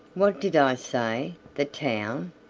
what did i say, the town?